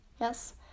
yes